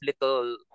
little